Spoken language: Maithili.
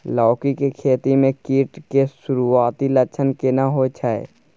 लौकी के खेती मे कीट के सुरूआती लक्षण केना होय छै?